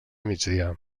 migdia